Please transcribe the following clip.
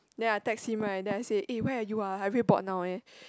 then I text him right then I say eh where are you ah I very bored now eh